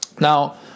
Now